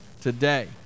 today